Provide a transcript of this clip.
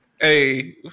hey